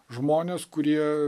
žmonės kurie